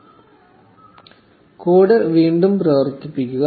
1505 code വീണ്ടും പ്രവർത്തിപ്പിക്കുക